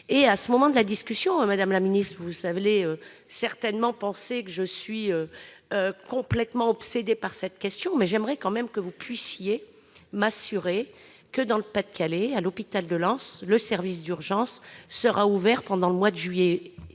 ouvert en permanence. Madame la ministre, vous allez certainement penser que je suis complètement obsédée par cette question, mais j'aimerais que vous puissiez m'assurer que, dans le Pas-de-Calais, à l'hôpital de Lens, le service d'urgences, qui est menacé, sera ouvert pendant les mois de juillet